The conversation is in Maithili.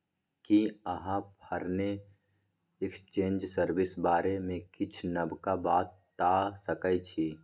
कि अहाँ फॉरेन एक्सचेंज सर्विस बारे मे किछ नबका बता सकै छी